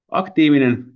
aktiivinen